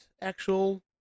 actual